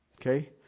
Okay